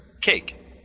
Cake